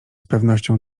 pewnością